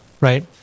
Right